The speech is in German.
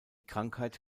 krankheit